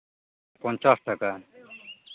ᱯᱚᱧᱪᱟᱥ ᱴᱟᱠᱟ